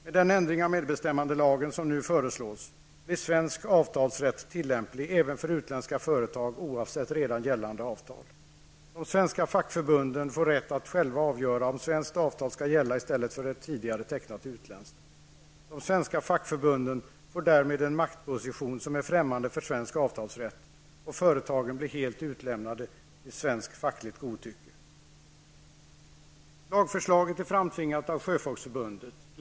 Med den ändring av medbestämmandelagen som nu föreslås blir svensk avtalsrätt tillämplig även för utländska företag, oavsett redan gällande avtal. De svenska fackförbunden får rätt att själva avgöra om svenskt avtal skall gälla i stället för ett tidigare tecknat utländskt. De svenska fackförbunden får därmed en maktposition som är främmande för svensk avtalsrätt, och de utländska företagen blir helt utlämnade till svenskt fackligt godtycke. Lagförslaget är framtvingat av Sjöfolksförbundet.